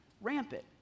Rampant